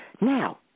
Now